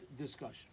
discussion